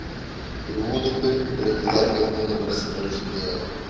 rūdupiui reikia dar vieno universalaus žaidėjo